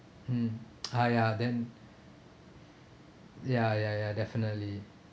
hmm !haiya! then ya ya ya definitely